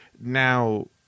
Now